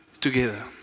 together